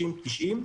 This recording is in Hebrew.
60 או 90,